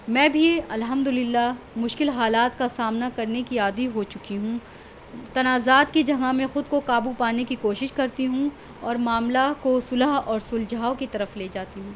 میں بھی الحمد لللہ مشکل حالات کا سامنا کرنے کی عادی ہو چکی ہوں تنازعات کی جہاں خود کو قابو پانے کی کوشش کرتی ہوں اور معاملہ كو صلح اور سلجھاؤ كی طرف لے جاتی ہوں